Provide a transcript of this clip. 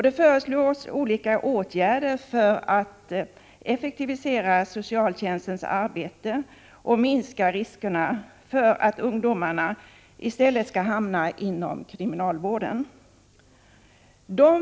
Det föreslås olika åtgärder för att effektivisera socialtjänstens arbete och minska riskerna för att ungdomarna skall hamna inom kriminalvården.